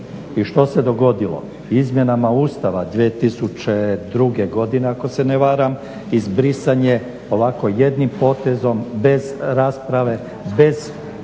I što se dogodilo? Izmjenama Ustava 2002. godine ako se ne varam izbrisan je ovako jednim potezom bez rasprave, bez